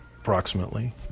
approximately